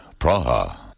Praha